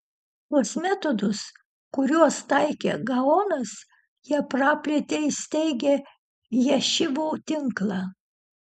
tuos metodus kuriuos taikė gaonas jie praplėtė įsteigę ješivų tinklą